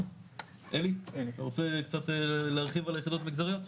אלי, אתה רוצה קצת להרחיב על היחידות מגזריות?